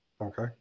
okay